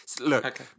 Look